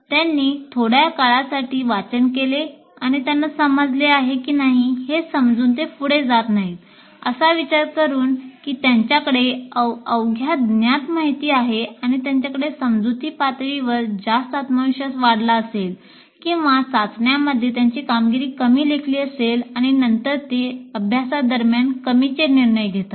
त्यांनी थोड्या काळासाठी वाचन केले आणि त्यांना समजले आहे की नाही हे समजून ते पुढे जात नाहीत असा विचार करून की त्यांच्याकडे अवघ्या ज्ञात माहिती आहे किंवा त्यांच्याकडे समजुती पातळीवर जास्त आत्मविश्वास वाढला असेल किंवा चाचण्यांमध्ये त्यांची कामगिरी कमी लेखली असेल आणि नंतर ते अभ्यासासंदर्भात कमीचे निर्णय घेतात